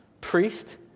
priest